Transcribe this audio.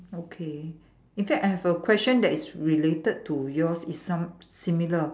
okay in fact I have a question that is related to yours is some similar